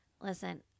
Listen